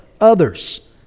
others